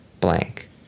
blank